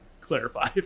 clarify